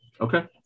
Okay